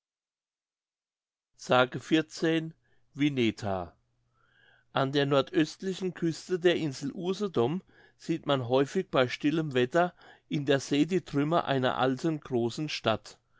s wineta an der nordöstlichen küste der insel usedom sieht man häufig bei stillem wetter in der see die trümmer einer alten großen stadt